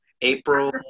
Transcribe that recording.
April